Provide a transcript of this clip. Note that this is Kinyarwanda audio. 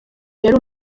yari